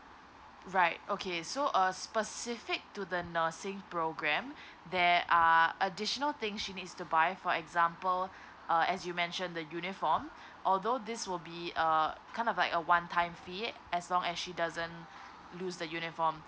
right okay so uh specific to the nursing program there are additional thing she needs to buy for example uh as you mentioned the uniform although this will be uh kind of like a one time fee as long as she doesn't lose the uniform